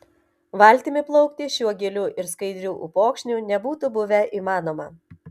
valtimi plaukti šiuo giliu ir skaidriu upokšniu nebūtų buvę įmanoma